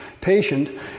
patient